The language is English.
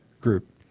group